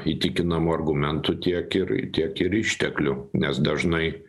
įtikinamų argumentų tiek ir tiek ir išteklių nes dažnai